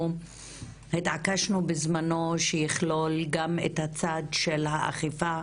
התעקשנו בזמנו שיכלול גם את הצד של האכיפה,